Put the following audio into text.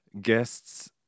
guests